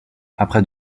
après